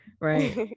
right